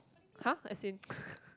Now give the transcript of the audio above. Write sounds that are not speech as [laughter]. !huh! as in [laughs]